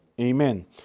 Amen